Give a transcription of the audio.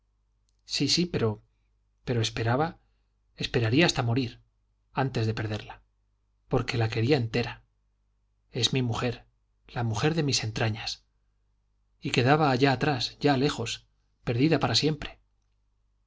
sí sí pero esperaba esperaría hasta morir antes que perderla porque la quería entera es mi mujer la mujer de mis entrañas y quedaba allá atrás ya lejos perdida para siempre